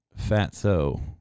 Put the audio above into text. Fatso